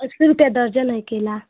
अस्सी रुपये दर्जन है केला